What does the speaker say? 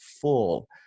full